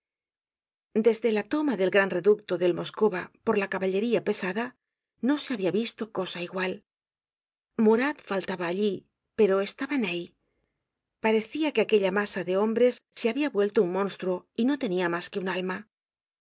desde la toma del gran reducto del moskowa por la caballería pesada no se habia visto cosa igual murat faltaba allí pero estaba ney parecia que aquella masa de hombres se habia vuelto un monstruo y no tenia mas que un alma